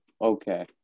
Okay